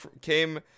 came